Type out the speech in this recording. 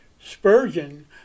Spurgeon